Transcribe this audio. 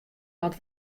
moat